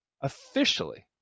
officially